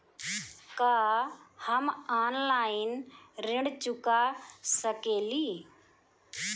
का हम ऑनलाइन ऋण चुका सके ली?